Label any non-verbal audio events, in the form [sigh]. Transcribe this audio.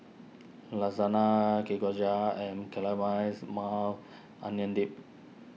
Lasagna [unintelligible] and [unintelligible] Maui Onion Dip